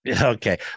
Okay